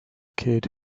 kid